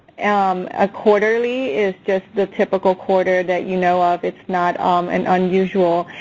um a quarterly is just the typical quarter that you know of. it's not um an unusual.